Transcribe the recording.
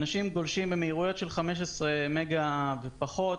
אנשים גולשים במהירויות של 15 מגה ופחות,